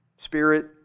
spirit